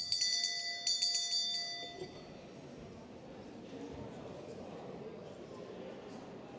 Hvad er det,